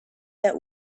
that